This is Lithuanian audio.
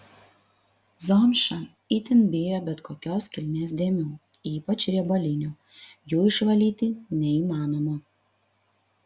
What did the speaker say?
zomša itin bijo bet kokios kilmės dėmių ypač riebalinių jų išvalyti neįmanoma